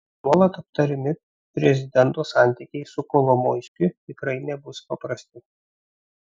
nuolat aptariami prezidento santykiai su kolomoiskiu tikrai nebus paprasti